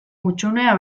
hutsunea